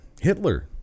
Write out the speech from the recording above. Hitler